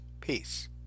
Peace